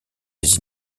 des